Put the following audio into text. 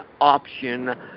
option